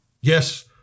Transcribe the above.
Yes